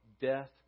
death